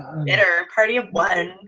bitter, party of one.